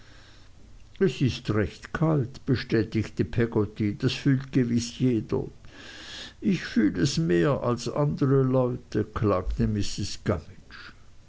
es ist recht kalt bestätigte peggotty das fühlt gewiß jeder ich fühl es mehr als andere leute klagte mrs gummidge